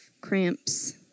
cramps